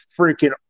freaking